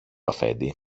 αφέντη